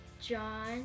John